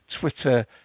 Twitter